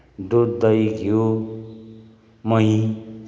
दुध दही घिउ मही